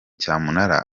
cyamunara